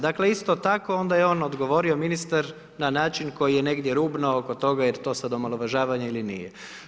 Dakle isto tako onda je on odgovorio, ministar, na način koji je negdje rubno oko toga je li to sad omalovažavanje ili nije.